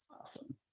Awesome